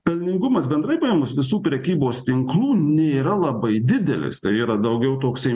pelningumas bendrai paėmus visų prekybos tinklų nėra labai didelis tai yra daugiau toksai